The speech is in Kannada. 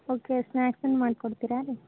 ಓಕೆ ಸ್ನಾಕ್ಸನ್ನು ಮಾಡ್ಕೊಡ್ತೀರಾ ರೀ